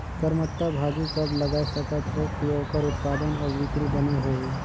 करमत्ता भाजी कब लगाय सकत हो कि ओकर उत्पादन अउ बिक्री बने होही?